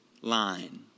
line